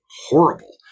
horrible